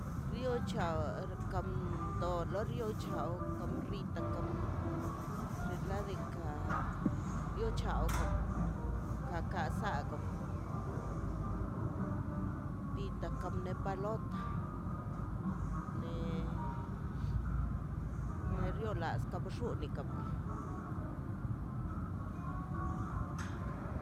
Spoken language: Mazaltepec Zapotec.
Rio chaw kam do rio chaw kam rita kam xin ladika yow yawk ka ka sako bita kan ne ka lota me lio ras txuna kama.